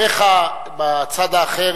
אחיך בצד האחר,